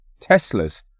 Teslas